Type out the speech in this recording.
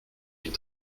une